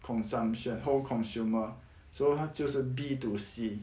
consumption home consumer so 他就是 B two C